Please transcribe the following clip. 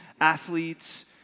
athletes